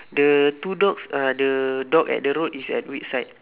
the two dogs are the dog at the road is at which side